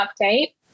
update